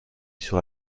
sur